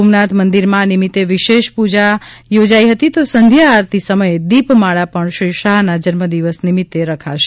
સોમનાથ મંદિરમાં આ નિમિત્ત વિશેષ પ્રજા યોજાઇ હતી તો સંધ્યા આરતી સમયે દિપમાળ પણ શ્રી શાહના જન્મદિન નિમિત્તે રખાશે